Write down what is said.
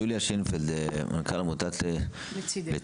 יוליה שינפלד, מנכ"ל עמותת "לצידך".